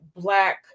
black